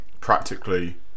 practically